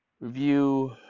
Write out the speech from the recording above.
review